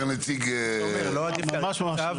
אומר נציג --- ממש ממש לא.